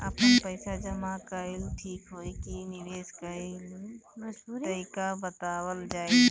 आपन पइसा के जमा कइल ठीक होई की निवेस कइल तइका बतावल जाई?